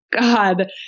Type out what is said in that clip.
God